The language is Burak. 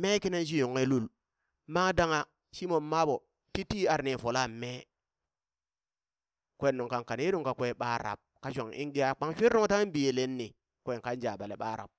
mee kina shi nyoghe lul, maŋ dangha shimon maa ɓo titi ar ni folan mee, kwen nung kan kane ye nung kakwe ɓa rab, ka shong in gee aa kpang swiri nungtange biyelen ni, kwen kan jaɓale ɓaa rab.